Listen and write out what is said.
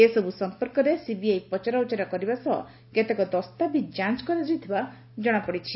ଏସବୁ ସମ୍ପର୍କରେ ସିବିଆଇ ପଚରାଉଚରା କରିବା ସହ କେତେକ ଦସ୍ତାବିଜ୍ ଯାଞ କରିଥିବା ଜଶାପଡିଛି